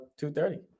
230